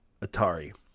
Atari